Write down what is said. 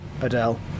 Adele